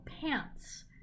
pants